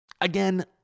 Again